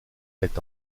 est